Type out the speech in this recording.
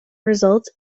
result